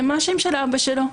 מה השם של אבא שלו?